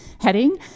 heading